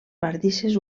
bardisses